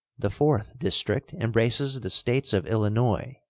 the fourth district embraces the states of illinois,